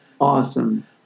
awesome